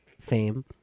fame